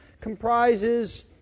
comprises